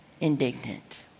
indignant